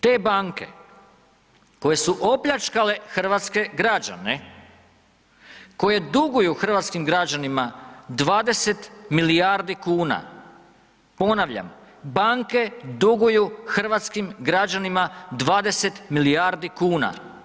Te banke koje su opljačkale hrvatske građane, koje duguju hrvatskim građanima 20 milijardi kuna, ponavljam, banke duguju hrvatskim građanima 20 milijardi kuna.